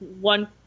one